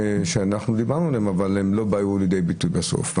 שאנחנו דיברנו עליהם אבל הם לא באו לידי ביטוי בסוף.